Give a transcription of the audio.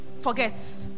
Forget